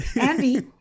Andy